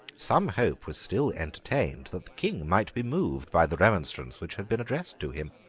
some hope was still entertained that the king might be moved by the remonstrance which had been addressed to him.